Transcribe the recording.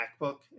macbook